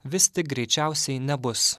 vis tik greičiausiai nebus